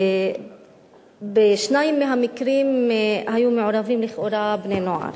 בשניים מהמקרים היו מעורבים לכאורה בני-נוער.